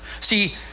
See